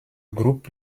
groupe